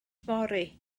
fory